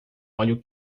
óleo